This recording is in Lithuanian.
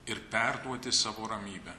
ir perduoti savo ramybę